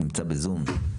נמצא בזום.